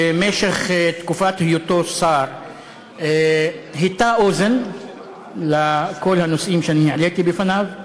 שבתקופת היותו שר הטה אוזן לכל הנושאים שאני העליתי בפניו,